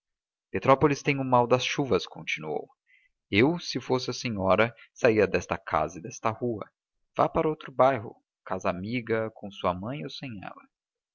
petrópolis tem o mal das chuvas continuou eu se fosse a senhora saía desta casa e desta rua vá para outro bairro casa amiga com sua mãe ou sem ela